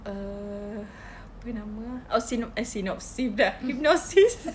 err apa nama ah oh synop~ synopsis pula hypnosis